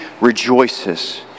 rejoices